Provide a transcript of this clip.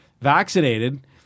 vaccinated